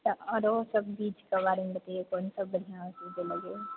तऽ आरो सब बीचके बारेमे बतैयो कोन सब बढ़िऑं होइ छै जे लेबै